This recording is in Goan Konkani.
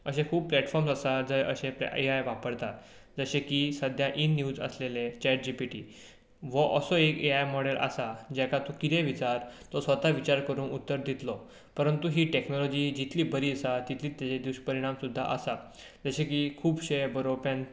अशे खूब प्लॅटफॉर्म्स आसात जंय अशे ए आय वापरतात जशें की सद्याक इन न्युज आशिल्लें चॅट जी पी टी वा असो एक ए आय मॉडेल आसा जाका तूं कितेंय विचार तो स्वता विचार करून उत्तर दितलो परंतू ही टॅक्नोलोजी जितली बरी आसा तितली ताजे दुशपरिणाम सुद्दां आसात जशें की खुबशे बरोवप्यां